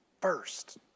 first